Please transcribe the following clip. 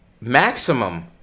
maximum